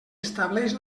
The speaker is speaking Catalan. estableix